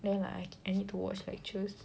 then I need to watch lectures